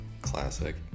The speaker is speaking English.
Classic